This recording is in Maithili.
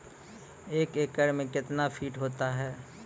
एक एकड मे कितना फीट होता हैं?